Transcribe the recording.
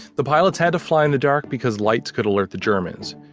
the pilots had to fly in the dark because lights could alert the germans.